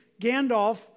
Gandalf